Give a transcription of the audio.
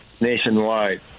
nationwide